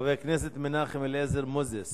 חבר הכנסת מנחם אליעזר מוזס